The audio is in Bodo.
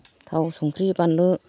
थाव संख्रि बानलु